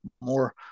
more